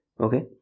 Okay